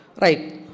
Right